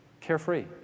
carefree